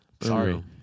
sorry